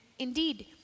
Indeed